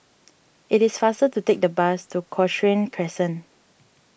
it is faster to take the bus to Cochrane Crescent